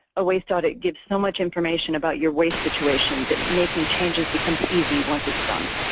a waste audit gives so much information about your waste situation, that making changes becomes easy once it's done.